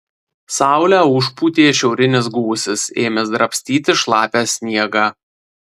saulę užpūtė šiaurinis gūsis ėmęs drabstyti šlapią sniegą